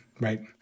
right